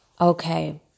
Okay